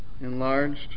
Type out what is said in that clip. enlarged